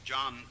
John